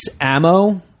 ammo